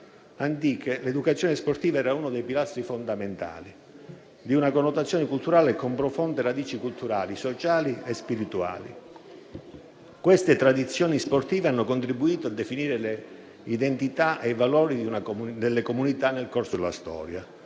l'educazione sportiva era uno dei pilastri fondamentali di una connotazione culturale con profonde radici culturali, sociali e spirituali. Queste tradizioni sportive hanno contribuito a definire le identità e i valori delle comunità nel corso della storia,